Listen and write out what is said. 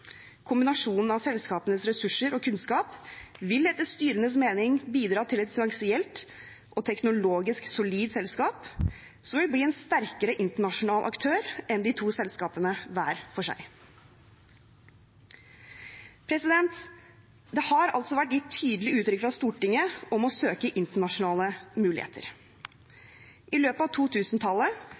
Kombinasjonen av selskapenes ressurser og kunnskap vil etter styrenes mening bidra til et finansielt og teknologisk solid selskap, som vil bli en sterkere internasjonal aktør enn de to selskapene hver for seg.» Det har altså vært gitt tydelig uttrykk fra Stortinget om et ønske om å søke internasjonale muligheter. I løpet av